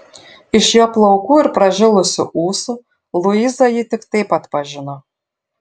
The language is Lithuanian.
iš jo plaukų ir pražilusių ūsų luiza jį tik taip atpažino